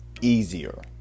easier